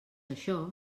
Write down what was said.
això